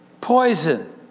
poison